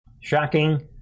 Shocking